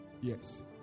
Yes